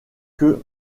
que